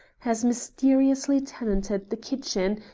has mysteriously tenanted the kitchen,